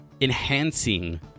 enhancing